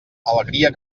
alegria